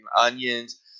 onions